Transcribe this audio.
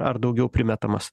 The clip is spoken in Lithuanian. ar daugiau primetamas